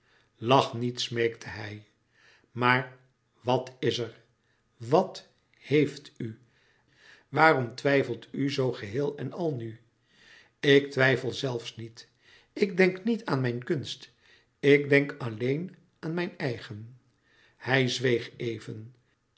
lach niet smeekte hij maar wat is er wat heeft u waarom twijfelt u zoo geheel en al nu ik twijfel zelfs niet ik denk niet aan mijn kunst ik denk alleen aan mijn eigen hij zweeg even